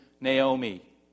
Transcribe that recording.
Naomi